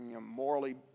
morally